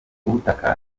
ubutaka